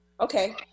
Okay